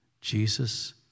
Jesus